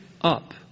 up